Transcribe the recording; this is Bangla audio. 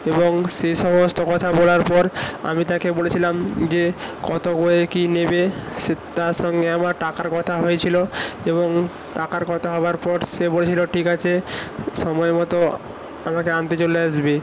এবং সে সমস্ত কথা বলার পর আমি তাকে বলেছিলাম যে কত করে কী নেবে সে তার সঙ্গে আমার টাকার কথা হয়েছিল এবং টাকার কথা হওয়ার পর সে বলেছিল ঠিক আছে সময় মতো আমাকে আনতে চলে আসবে